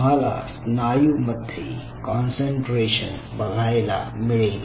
तुम्हाला स्नायू मध्ये कॉन्सन्ट्रेशन बघायला मिळेल